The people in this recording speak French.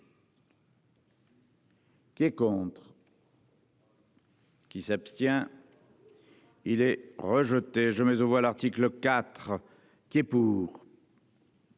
Qui est contre. Qui s'abstient. Il est rejeté, je mets aux voix l'article IV qui est pour.